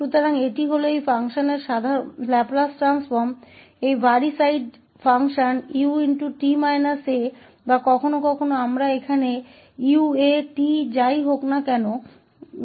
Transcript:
तो यह इस फ़ंक्शन का लाप्लास ट्रांसफॉर्म है यह भारी पक्ष फ़ंक्शन 𝑢𝑡 − 𝑎 या कभी कभी हम यहां ua𝑡 को किसी भी तरह से निरूपित करते हैं